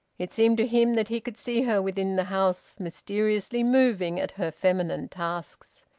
it seemed to him that he could see her within the house, mysteriously moving at her feminine tasks.